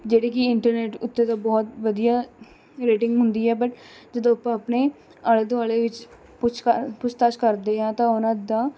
ਜਿਹੜੇ ਕਿ ਇੰਟਰਨੈੱਟ ਉੱਤੇ ਤਾਂ ਬਹੁਤ ਵਧੀਆ ਰੇਟਿੰਗ ਹੁੰਦੀ ਹੈ ਬੱਟ ਜਦੋਂ ਆਪਾਂ ਆਪਣੇ ਆਲ਼ੇ ਦੁਆਲ਼ੇ ਵਿੱਚ ਪੁੱਛਤਾ ਪੁੱਛਤਾਛ ਕਰਦੇ ਹਾਂ ਤਾਂ ਉਨ੍ਹਾਂ ਦਾ